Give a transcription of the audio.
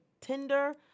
Tinder